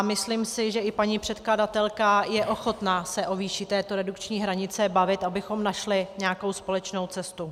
Myslím si, že i paní předkladatelka je ochotná se o výši této redukční hranice bavit, abychom našli nějakou společnou cestu.